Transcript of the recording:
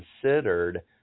considered